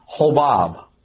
Hobab